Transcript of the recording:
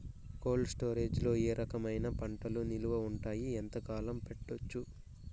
Cold storage లో ఏ రకమైన పంటలు నిలువ ఉంటాయి, ఎంతకాలం పెట్టొచ్చు?